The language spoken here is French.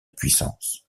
puissance